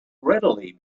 readily